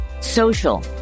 social